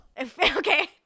Okay